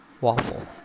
Waffle